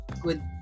good